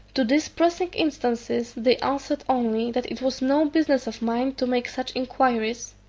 to these pressing instances they answered only, that it was no business of mine to make such inquiries,